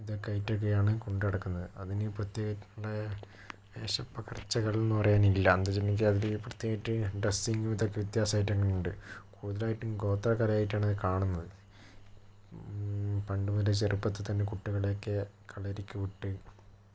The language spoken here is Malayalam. ഇതൊക്കെ ആയിട്ടൊക്കെയാണ് കൊണ്ട് നടക്കുന്നത് അതിന് പ്രത്യേകിച്ച് വേഷപ്പകർച്ചകളെന്ന് പറയാനില്ല അതിന് വേണ്ടി പ്രത്യേകമായിട്ട് ഡ്രെസിങ്ങ് ഇതൊക്കെ വ്യത്യാസമായിട്ടുണ്ട് കൂടുതലായിട്ടും ഗോത്രകലയായിട്ടാണ് ഇതിനെ കാണുന്നത് പണ്ട് മുതലേ ചെറുപ്പത്തിൽ തന്നെ കുട്ടികളെയൊക്കെ കളരിക്ക് വിട്ട്